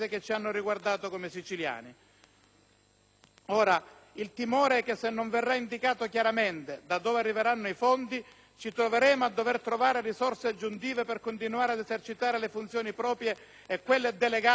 Ora, il timore è che se non verrà indicato chiaramente da dove arriveranno i fondi, ci troveremo a dover trovare risorse aggiuntive per continuare ad esercitare le funzioni proprie e quelle delegate negli anni passati dallo Stato